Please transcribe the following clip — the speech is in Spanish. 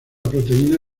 proteína